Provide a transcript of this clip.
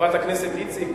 חברת הכנסת איציק,